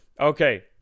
okay